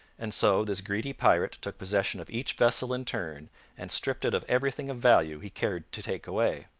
and so this greedy pirate took possession of each vessel in turn and stripped it of everything of value he cared to take away.